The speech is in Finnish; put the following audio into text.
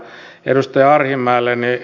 edustaja arhinmäelle